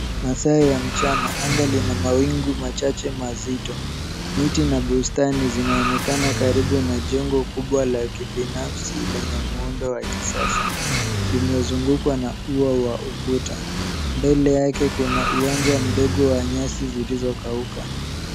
Masaa ya mchana. Anga lina mawingu machache mazito. Miti na bustani zinaonekana karibu na jengo kubwa la kibinafsi lenye muundo wa kisasa. Limezungukwa na ua wa ukuta. Mbele yake kuna uwanja wa nyasi zilizokauka.